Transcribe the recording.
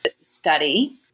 study